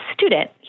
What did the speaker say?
student